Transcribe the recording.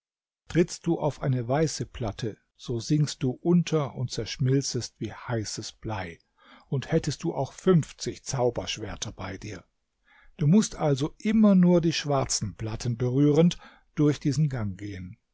trittst du auf eine weiße platte so sinkst du unter und zerschmilzest wie heißes blei und hättest du auch fünfzig zauberschwerter bei dir du mußt also immer nur die schwarzen platten berührend durch diesen gang gehen